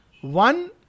One